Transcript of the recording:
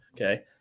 okay